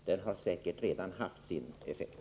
Därmed har den säkert redan haft sin effekt.